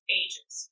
ages